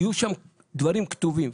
יהיו שם דברים כתובים.